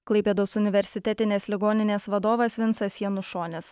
klaipėdos universitetinės ligoninės vadovas vincas janušonis